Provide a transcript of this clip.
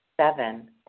Seven